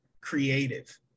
creative